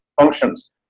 functions